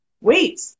Wait